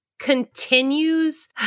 Continues